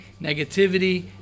negativity